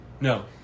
No